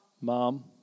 Mom